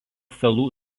salų